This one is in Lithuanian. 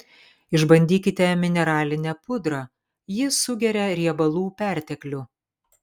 išbandykite mineralinę pudrą ji sugeria riebalų perteklių